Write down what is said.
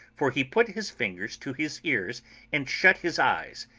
for he put his fingers to his ears and shut his eyes,